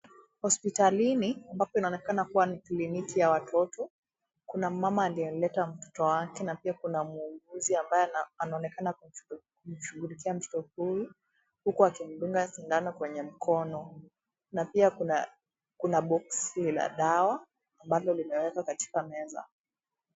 Hospitalini ambapo inaonekana kuwa kliniki ya watoto. Kuna mama aliyeleta mtoto wake na pia kuna mhuguzi ambaye anaonekana kushughulikia mtoto huyu huku akimdunga sindano kwenye mkono. Na pia kuna box nyeupe na dawa, bado limewekwa katika meza.